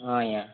ହଁ ଆଜ୍ଞା